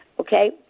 Okay